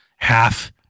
half